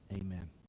Amen